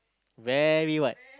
very what